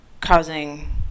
causing